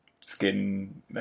skin